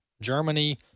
Germany